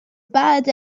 bad